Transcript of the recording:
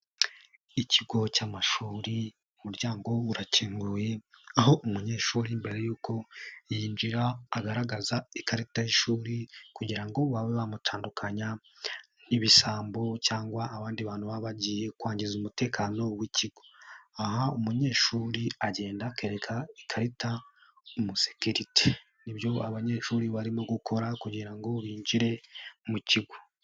Ikigo cy'amashuri, umuryango urakinguye aho umunyeshuri mbere yuko yinjira agaragaza ikarita y'ishuri kugira ngo babe Batandukanya n'ibisambo cyangwa abandi bantu baba bagiye kwangiza umutekano w'ikigo. Aha umunyeshuri agenda akereka ikarita umusekeriti, nibyo abanyeshuri barimo gukora kugira ngo binjire mu kigo.